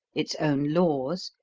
its own laws,